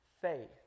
faith